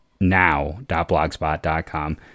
now.blogspot.com